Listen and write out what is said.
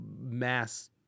mass